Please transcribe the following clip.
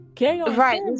Right